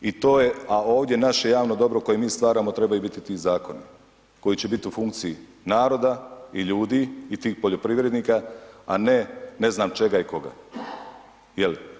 A ovdje naše javno dobro koje mi stvaramo trebaju biti ti zakoni koji će biti u funkciji naroda i ljudi i tih poljoprivrednika a ne ne znam čega i koga, jel'